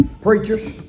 preachers